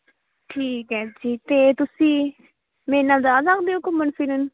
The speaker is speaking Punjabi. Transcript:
ਠੀਕ ਹੈ ਜੀ ਅਤੇ ਤੁਸੀਂ ਮੇਰੇ ਨਾਲ ਜਾ ਸਕਦੇ ਹੋ ਘੁੰਮਣ ਫਿਰਨ